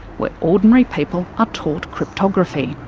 where ordinary people are taught cryptography.